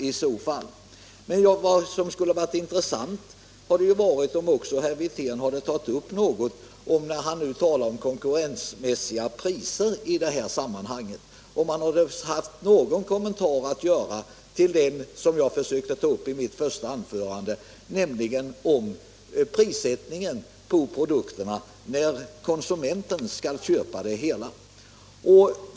Det skulle emellertid ha varit intressant om herr Wirtén när han talade om konkurrensmässiga priser hade kommenterat vad jag sade i mitt första anförande om prissättningen på produkterna, alltså vad konsumenterna skall betala.